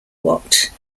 what